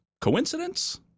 coincidence